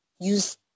use